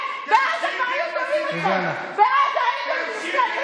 אבתיסאם מראענה, אינה נוכחת.